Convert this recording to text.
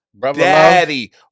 Daddy